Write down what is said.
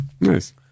Nice